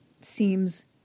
seems